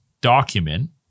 document